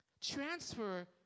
Transfer